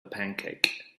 pancake